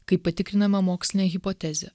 kaip patikrinama mokslinė hipotezė